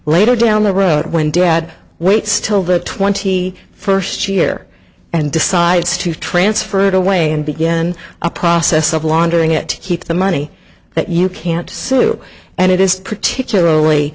later down the road when dad waits till the twenty first year and decides to transfer it away and begin a process of laundering it keep the money that you can't sue and it is particularly